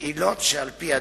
בעילות שעל-פי הדין.